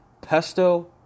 Pesto